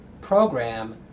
program